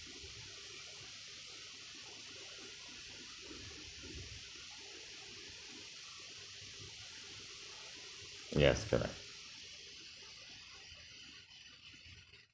yes correct